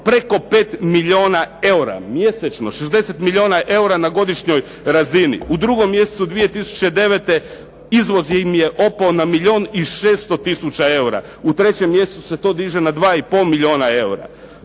preko 5 milijuna eura, mjesečno. 60 milijuna eura na godišnjoj razini. U drugom mjesecu 2009. izvoz im je pao na milijun i 600 tisuća eura, u trećem mjesecu se to diže na 2,5 milijuna